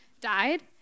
died